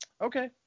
okay